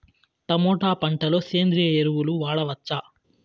Tomato పంట లో సేంద్రియ ఎరువులు వాడవచ్చా?